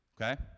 Okay